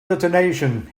detonation